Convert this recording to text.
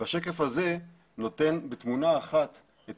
השקף הזה נותן בתמונה אחת של